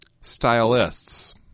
stylists